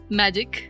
magic